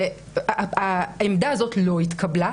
העמדה הזאת לא התקבלה,